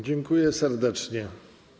Dziękuję serdecznie.